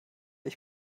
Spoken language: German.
ich